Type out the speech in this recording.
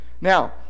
Now